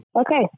Okay